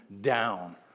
down